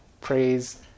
Praise